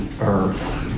earth